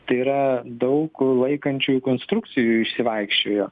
tai yra daug laikančiųjų konstrukcijų išsivaikščiojo